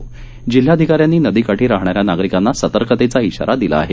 त्यामुळे जाल्हाधिकाऱ्यांनी नदीकाठी राहणाऱ्या नागरिकांना सतर्कतेचा इशारा दिला आहे